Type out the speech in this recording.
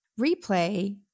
Replay